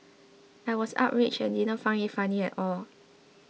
I was outraged and didn't find it funny at all